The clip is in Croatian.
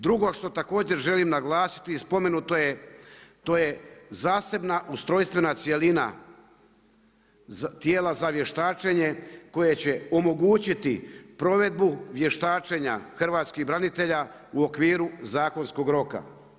Drugo što također želim naglasiti, spomenuto je, to je zasebna ustrojstvena cjelina tijela za vještačenje koje će omogućiti provedbu vještačenja hrvatskih branitelja u okviru zakonskog roka.